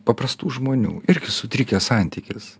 paprastų žmonių irgi sutrikęs santykis